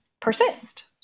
persist